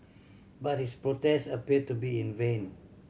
but his protest appeared to be in vain